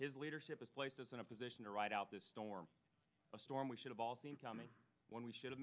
his leadership of places in a position to ride out this storm a storm we should have all seen coming when we should have